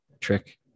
trick